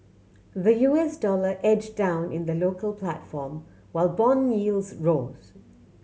the U S dollar edged down in the local platform while bond yields rose